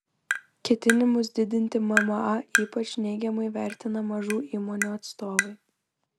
ketinimus didinti mma ypač neigiamai vertina mažų įmonių atstovai